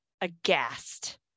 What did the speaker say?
aghast